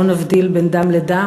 לא נבדיל בין דם לדם,